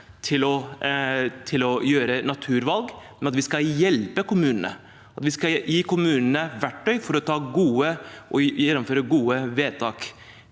til å ta naturvalg, men at vi skal hjelpe kommunene og gi kommunene verktøy for å kunne gjennomføre gode vedtak.